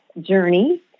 journey